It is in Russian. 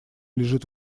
лежит